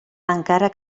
encara